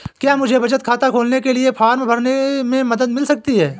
क्या मुझे बचत खाता खोलने के लिए फॉर्म भरने में मदद मिल सकती है?